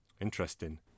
Interesting